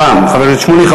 תודה, חבר הכנסת שמולי.